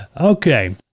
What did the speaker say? okay